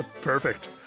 Perfect